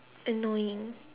annoying